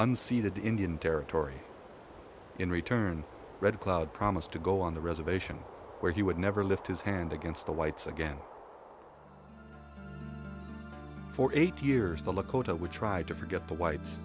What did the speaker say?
unseeded indian territory in return red cloud promised to go on the reservation where he would never lift his hand against the whites again for eight years the lakota would try to forget the whites